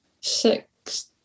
six